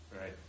right